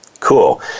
Cool